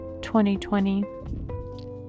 2020